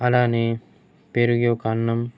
అలానే పెరుగు యొక అన్నం